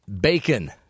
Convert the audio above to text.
Bacon